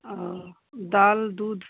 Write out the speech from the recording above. और दाल दूध